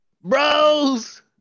bros